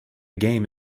game